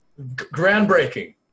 groundbreaking